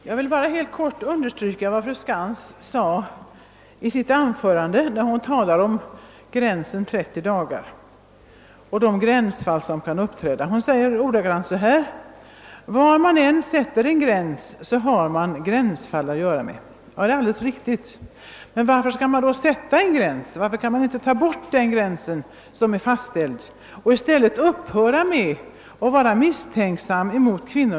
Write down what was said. Herr talman! Jag vill helt kort understryka vad fru Skantz sade om gränsen 30 dagar och de gränsfall som kan uppträda. Fru Skantz framhöll, att var man än sätter gränsen så får man att göra med gränsfall. Det är alldeles riktigt. Men varför skall man då sätta en gräns? Varför kan man inte slopa gränsbestämmelsen och upphöra med att vara misstänksam mot kvinnorna?